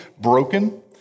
broken